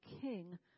king